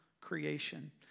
creation